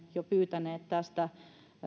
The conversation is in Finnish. jo tästä